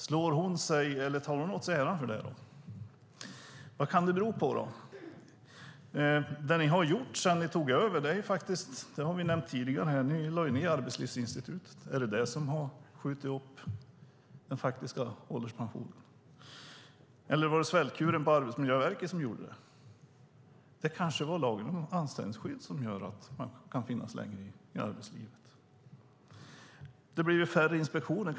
Tar Katarina Brännström åt sig äran för det? Vad kan det bero på? Det ni har gjort sedan ni tog över är faktiskt, har vi nämnt tidigare, bland annat att lägga ned Arbetslivsinstitutet. Är det det som har skjutit upp den faktiska ålderspensionen, eller var det svältkuren på Arbetsmiljöverket som gjorde det? Det kanske är lagen om anställningsskydd som gör att man kan finnas kvar längre i arbetslivet. Det har också blivit färre inspektioner.